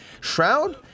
Shroud